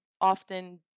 often